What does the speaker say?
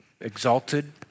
exalted